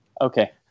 Okay